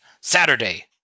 Saturday